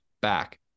back